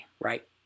right